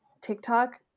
TikTok